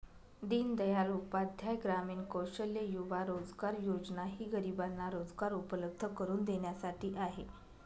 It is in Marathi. दीनदयाल उपाध्याय ग्रामीण कौशल्य युवा रोजगार योजना ही गरिबांना रोजगार उपलब्ध करून देण्यासाठी आहे